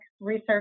research